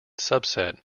subset